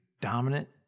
dominant